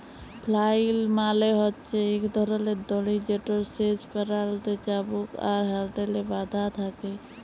flail মালে হছে ইক ধরলের দড়ি যেটর শেষ প্যারালতে চাবুক আর হ্যাল্ডেল বাঁধা থ্যাকে